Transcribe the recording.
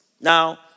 Now